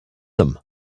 them